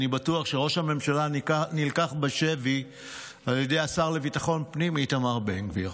אני בטוח שראש הממשלה נלקח בשבי על ידי השר לביטחון פנים איתמר בן גביר.